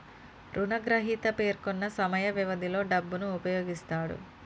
రుణగ్రహీత పేర్కొన్న సమయ వ్యవధిలో డబ్బును ఉపయోగిస్తాడు